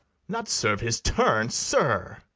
not serve his turn, sir!